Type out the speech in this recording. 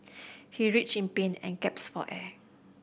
he writhed in pain and gaps for air